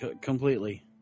completely